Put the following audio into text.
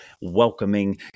welcoming